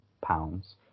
pounds